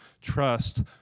trust